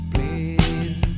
Please